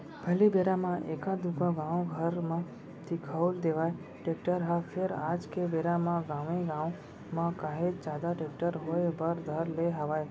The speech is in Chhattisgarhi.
पहिली बेरा म एका दूका गाँव घर म दिखउल देवय टेक्टर ह फेर आज के बेरा म गाँवे गाँव म काहेच जादा टेक्टर होय बर धर ले हवय